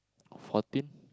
fourteen